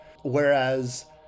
whereas